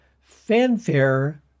Fanfare